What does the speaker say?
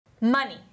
Money